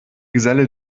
geselle